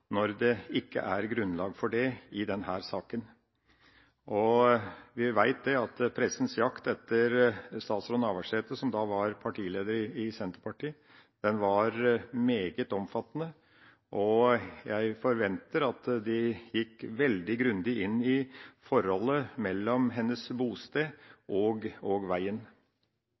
når det ikke er grunnlag for det i denne saken. Vi vet at pressens jakt etter statsråd Navarsete, som da var partileder i Senterpartiet, var meget omfattende, og jeg forventer at de gikk veldig grundig inn i forholdet mellom hennes bosted og veien.